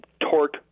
torque